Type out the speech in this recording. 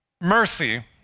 Mercy